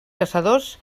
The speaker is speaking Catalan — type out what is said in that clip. caçadors